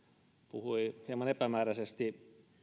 puhui hieman epämääräisesti